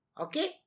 Okay